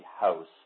house